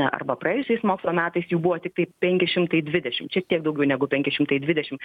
arba praėjusiais mokslo metais jų buvo tiktai penki šimtai dvidešimt šiek tiek daugiau negu penki šimtai dvidešim